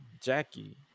Jackie